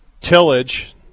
tillage